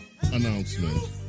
announcement